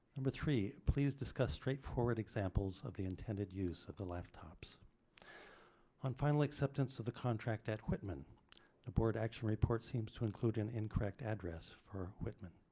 number three please discuss straightforward examples of the intended use of the laptops on final acceptance of the contract at whitman the board action report seems to include an incorrect address for whitman.